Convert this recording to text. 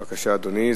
בבקשה, אדוני.